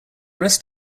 rest